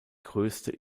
größte